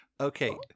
Okay